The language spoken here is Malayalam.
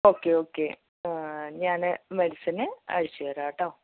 ഓക്കെ ഓക്കെ ഞാൻ മെഡിസിൻ അയച്ചുതരാം കേട്ടോ